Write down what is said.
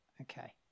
Okay